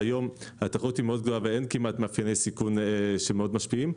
כשהיום התחרות מאוד גדולה ואין כמעט מאפייני סיכון שמאוד משפיעים,